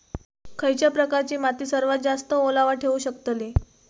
खयच्या प्रकारची माती सर्वात जास्त ओलावा ठेवू शकतली?